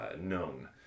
known